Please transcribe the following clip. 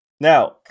Now